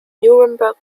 nuremberg